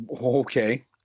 Okay